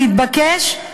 מתבקש,